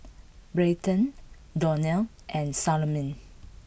Bryton Donal and Salome